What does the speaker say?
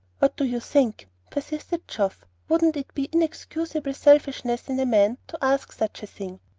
what do you think? persisted geoff. wouldn't it be inexcusable selfishness in a man to ask such a thing?